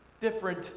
different